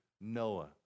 Noah